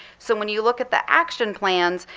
so when you look at the action plans,